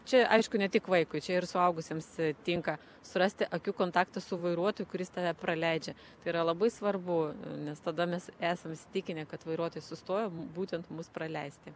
čia aišku ne tik vaikui čia ir suaugusiems tinka surasti akių kontaktą su vairuotoju kuris tave praleidžia tai yra labai svarbu nes tada mes esam įsitikinę kad vairuotojas sustojo būtent mus praleisti